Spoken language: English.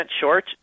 short